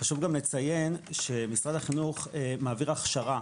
חשוב גם לציין שמשרד החינוך מעביר הכשרה